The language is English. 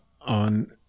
on